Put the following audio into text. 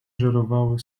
żerowały